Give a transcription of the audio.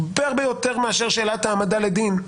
הרבה הרבה יותר מאשר שאלת ההעמדה לדין.